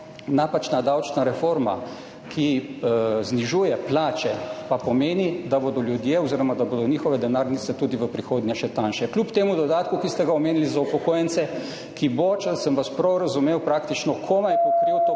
Napačna davčna reforma, ki znižuje plače, pa pomeni, da bodo ljudje oziroma da bodo njihove denarnice tudi v prihodnje še tanjše, kljub temu dodatku, ki ste ga omenili za upokojence, ki bo, če sem vas prav razumel, praktično komaj pokril to